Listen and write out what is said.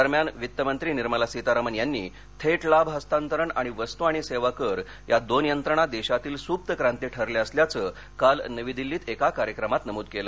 दरम्यान वित्तमंत्री निर्मला सीतारामन यांनी थेट लाभ हस्तांतरण आणि वस्तू आणि सेवा कर या दोन यंत्रणा देशातील सूप्त क्रांति ठरल्या असल्याचं काल नवी दिल्लीत एका कार्यक्रमात नमूद केलं